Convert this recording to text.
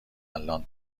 الان